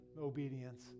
obedience